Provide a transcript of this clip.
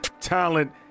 talent